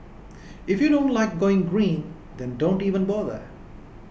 if you don't like going green then don't even bother